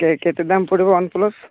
କେ କେତେ ଦାମ ପଡ଼ିବ ୱାନପ୍ଲସ